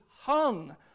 hung